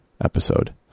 Episode